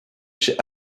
chez